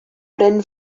bryn